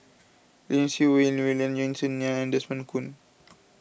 Lim Siew Wai William Yeo Song Nian and Desmond Kon